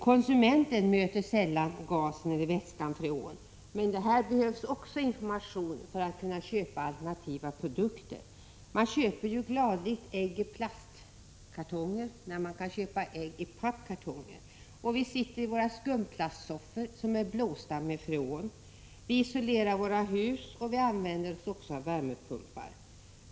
Konsumenten möter sällan gasen eller vätskan freon, men här behövs också information för att konsumenten skall köpa alternativa produkter. Man köper ju gladeligen ägg i plastkartonger, trots att man kunde köpa ägg i pappkartonger. Vi sitter i våra skumplastsoffor som är blåsta med freon. Vi isolerar våra hus, och vi använder också värmepumpar.